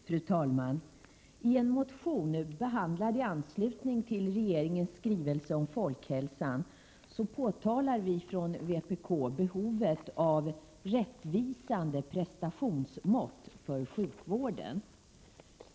Fru talman! I en motion som behandlas i anslutning till regeringens skrivelse om folkhälsan framhåller vpk behovet av rättvisande prestationsmått för sjukvården.